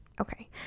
Okay